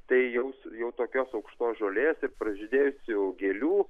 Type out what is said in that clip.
tai jaus jau tokios aukštos žolės ir pražydėjusių gėlių